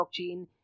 blockchain